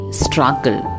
struggle